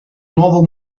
nuovo